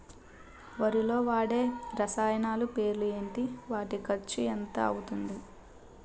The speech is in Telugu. వరిలో వాడే రసాయనాలు పేర్లు ఏంటి? వాటి ఖర్చు ఎంత అవతుంది?